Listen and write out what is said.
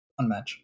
unmatch